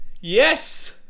Yes